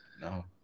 No